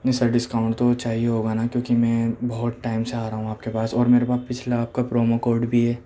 جی sir discount تو چاہئے ہوگا نا کیوں کہ میں بہت ٹائم سے آ رہا ہوں آپ کے پاس اور میرے پاس پچھلا آپ کا پرومو کوڈ بھی ہے